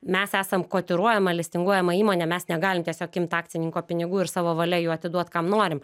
mes esam kotiruojama listinguojama įmonė mes negalim tiesiog imt akcininko pinigų ir savo valia jų atiduot kam norim